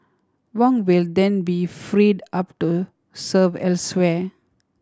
Wong will then be freed up to serve elsewhere